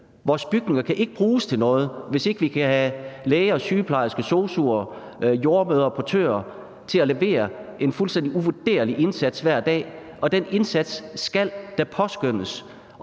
vores bygninger kan ikke bruges til noget, hvis ikke vi kan have læger og sygeplejersker, sosu'er, jordemødre og portører til at levere en fuldstændig uvurderlig indsats hver dag, og den indsats skal da påskønnes.